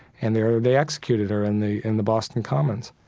and there they executed her in the in the boston commons.